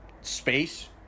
space